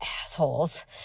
assholes